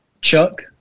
Chuck